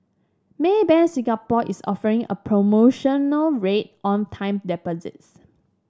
Maybank Singapore is offering a promotional rate on time deposits